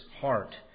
heart